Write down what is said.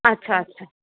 अच्छा अच्छा